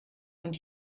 und